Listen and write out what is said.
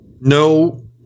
no